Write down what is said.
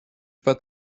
pat